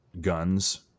guns